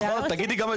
נכון, תגידי גם את זה.